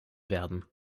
werden